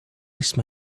waste